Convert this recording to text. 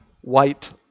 white